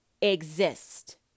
exist